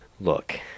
look